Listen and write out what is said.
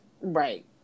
Right